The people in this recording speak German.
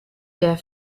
der